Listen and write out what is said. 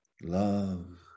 love